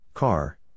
Car